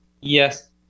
Yes